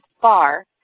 far